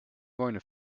going